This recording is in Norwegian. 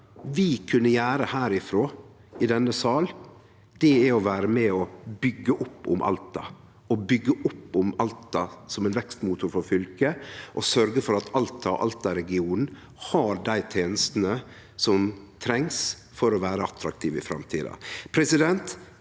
vi kunne gjere herifrå, i denne sal, er å vere med og byggje opp om Alta – å byggje opp om Alta som ein vekstmotor for fylket – og sørgje for at Alta og Alta-regionen har dei tenestene som regionen treng for å vere attraktiv i framtida.